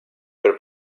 per